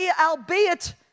albeit